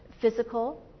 Physical